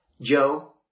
Joe